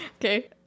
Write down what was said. Okay